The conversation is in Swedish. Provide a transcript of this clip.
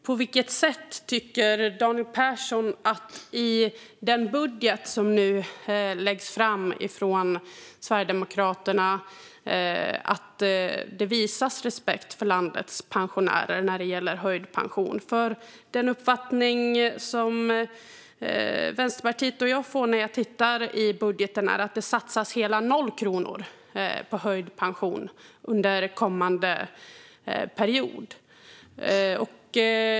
På vilket sätt tycker Daniel Persson att det visas respekt för landets pensionärer i den budget som nu läggs fram från Sverigedemokraterna när det gäller höjd pension? Den uppfattning som Vänsterpartiet och jag får av att titta i budgeten är nämligen att det satsas hela noll kronor på höjd pension under kommande period.